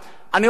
אני אומר לכם,